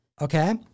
okay